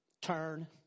Turn